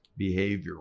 behavioral